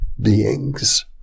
beings